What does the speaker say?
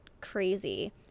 crazy